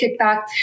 kickback